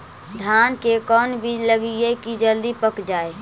धान के कोन बिज लगईयै कि जल्दी पक जाए?